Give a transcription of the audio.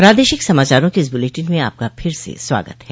प्रादेशिक समाचारों के इस बुलेटिन में आपका फिर से स्वागत है